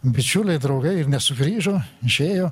bičiuliai draugai ir nesugrįžo išėjo